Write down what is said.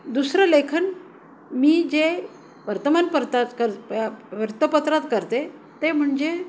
दुसरं लेखन मी जे वर्तमान परतात कर वृतपत्रात करते ते म्हणजे